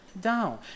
down